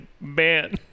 man